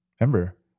remember